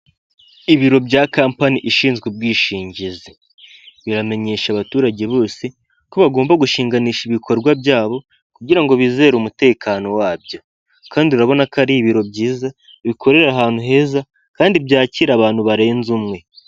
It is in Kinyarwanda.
Ibiro bya kampani ishinzwe ubwishingizi biramenyesha abaturage bose ko bagomba gushinganisha ibikorwa byabo kugira bizere umutekano wabyo, kandi urabona ko ari ibiro byiza bikorera ahantu heza kandi byakira abantu barenze umwe.